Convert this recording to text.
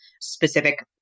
specific